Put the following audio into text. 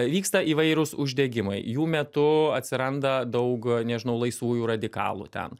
vyksta įvairūs uždegimai jų metu atsiranda daug nežinau laisvųjų radikalų ten